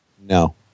No